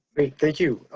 great. thank you.